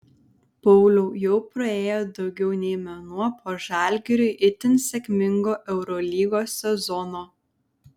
pauliau jau praėjo daugiau nei mėnuo po žalgiriui itin sėkmingo eurolygos sezono